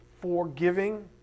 forgiving